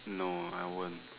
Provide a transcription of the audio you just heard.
no I won't